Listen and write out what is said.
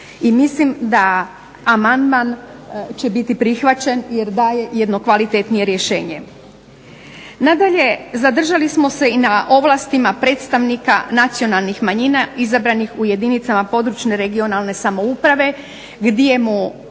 I mislim da amandman će biti prihvaćen, jer daje jedno kvalitetnije rješenje. Nadalje, zadržali smo se i na ovlastima predstavnika nacionalnih manjina izabranih u jedinicama područne regionalne samouprave gdje mu